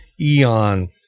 Eon